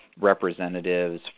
representatives